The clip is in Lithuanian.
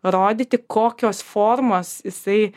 rodyti kokios formos jisai